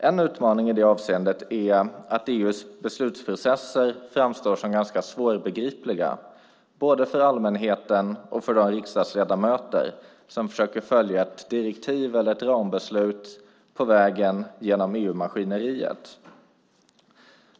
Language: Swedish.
En utmaning i det avseendet är att EU:s beslutsprocesser framstår som ganska svårbegripliga, både för allmänheten och för de riksdagsledamöter som försöker följa ett direktiv eller rambeslut på vägen genom EU-maskineriet.